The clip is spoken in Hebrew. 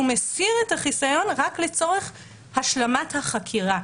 הוא מסיר את החיסיון רק לצורך השלמת החקירה,